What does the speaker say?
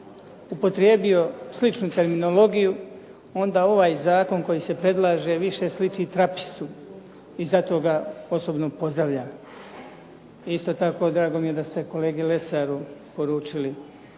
upotrijebio sličnu terminologiju, onda ovaj zakon koji se predlaže više sliči trapistu i zato ga osobno pozdravljam. Isto tako, drago mi je da ste kolegi Lesaru poručili